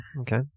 Okay